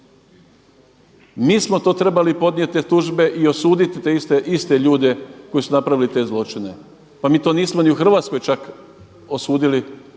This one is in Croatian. Mi smo trebali podnijeti te tužbe i osuditi te iste ljude koji su napravili te zločine. Pa mi to nismo ni u Hrvatskoj čak osudili